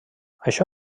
això